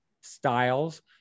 styles